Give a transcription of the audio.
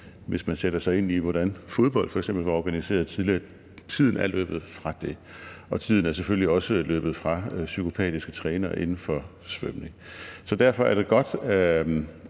hvis man sætter sig ind i, hvordan fodbold f.eks. var organiseret tidligere, er tiden løbet fra, og tiden er selvfølgelig også løbet fra psykopatiske trænere inden for svømning. Så derfor er det godt,